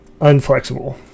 unflexible